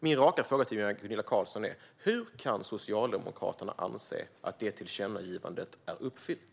Min raka fråga till Gunilla Carlsson är: Hur kan Socialdemokraterna anse att tillkännagivandet är uppfyllt?